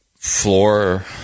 floor